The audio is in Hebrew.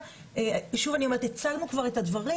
שוב, הצבנו כבר את הדברים.